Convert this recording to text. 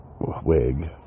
wig